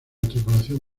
tripulación